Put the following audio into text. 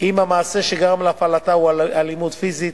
אם המעשה שגרם להפעלתה הוא אלימות פיזית,